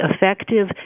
effective